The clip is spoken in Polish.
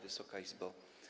Wysoka Izbo!